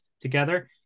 together